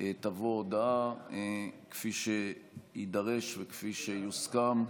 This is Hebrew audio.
תבוא הודעה, כפי שיידרש וכפי שיוסכם.